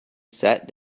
sat